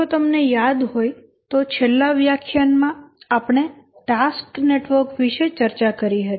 જો તમને યાદ હોય તો છેલ્લા વ્યાખ્યાન માં આપણે ટાસ્ક નેટવર્ક વિશે ચર્ચા કરી હતી